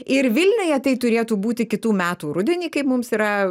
ir vilniuje tai turėtų būti kitų metų rudenį kaip mums yra